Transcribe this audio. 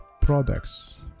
products